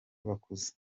bakuze